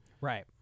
Right